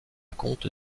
compte